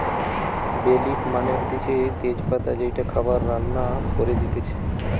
বে লিফ মানে হতিছে তেজ পাতা যেইটা খাবার রান্না করে দিতেছে